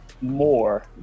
more